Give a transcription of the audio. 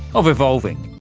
of evolving.